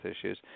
issues